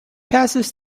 passes